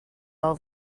all